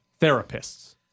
therapists